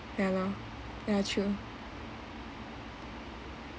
ya loh ya true